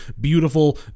beautiful